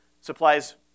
supplies